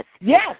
yes